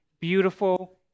beautiful